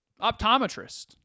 optometrist